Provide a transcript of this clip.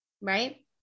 Right